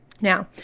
Now